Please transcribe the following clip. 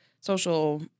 social